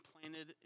planted